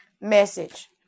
message